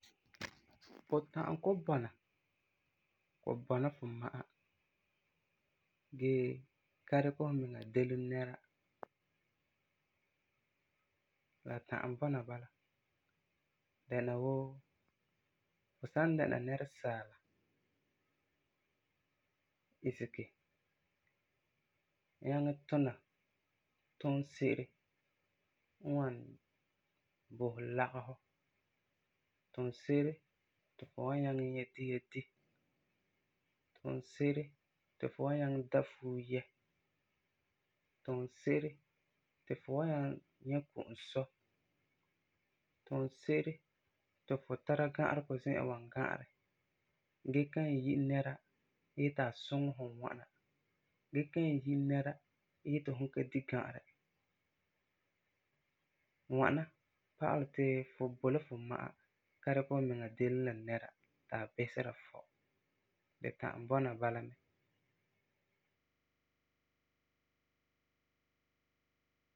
Fu ta'am kɔ'ɔm bɔna, kɔ'ɔm bɔna fu ma'a gee ka dikɛ fumiŋa delum nɛra. La ta'am bɔna bala dɛna wuu fu san dɛna nɛresaala, isege, nyaŋɛ tuna tunse'ere wan bo fu lagefɔ, tunse'ere ti fu wan nyaŋɛ dia di, tunse'ere ti fu wan nyaŋɛ da fuo yɛ, tunse'ere ti fu wan nyaŋɛ nyɛ ko'om sɔ, tunse'ere ti fu tara ga'aregɔ zi'an wan ga'arɛ gee kan yi nɛra yeti a suŋɛ fu ŋwana, gee kan yi nɛra yeti fum ka di ga'arɛ, ŋwana pa'alɛ ti fu boi la fu ma'a ka dikɛ fumiŋa delum la nɛra ti a bisera fu. Di ta'am bɔna bala mɛ.